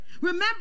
Remember